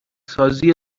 سازی